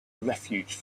refuge